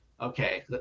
okay